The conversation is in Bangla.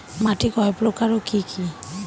মাটি কয় প্রকার ও কি কি?